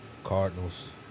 Cardinals